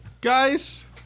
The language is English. Guys